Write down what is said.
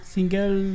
Single